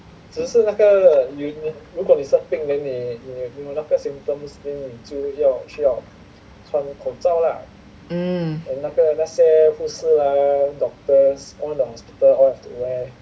mm